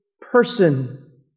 person